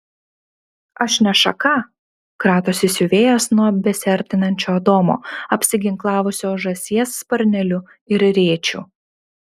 aš ne šaka kratosi siuvėjas nuo besiartinančio adomo apsiginklavusio žąsies sparneliu ir rėčiu